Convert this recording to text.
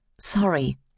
Sorry